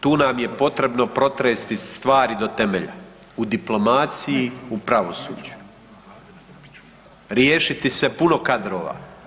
Tu nam je potrebno protresti stvari do temelja u diplomaciji, u pravosuđu, riješiti se puno kadrova.